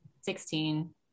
Sixteen